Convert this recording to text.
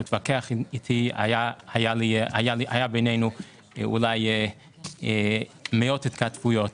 היו בינינו אולי מאות התכתבויות.